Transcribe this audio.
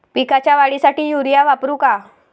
पिकाच्या वाढीसाठी युरिया वापरू का?